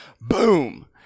boom